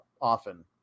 often